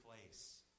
place